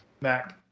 mac